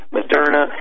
Moderna